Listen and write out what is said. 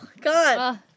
god